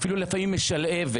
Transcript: אפילו לפעמים משלהבת.